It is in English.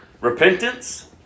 Repentance